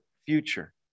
future